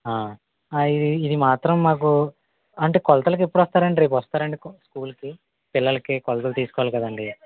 ఇది ఇది మాత్రం మాకు అంటే కొలతలకు ఎప్పుడు వస్తారండీ రేపు వస్తారండి స్కూల్కి పిల్లలకి కొలతలు తీసుకోవాలి కదండి